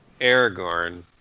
Aragorn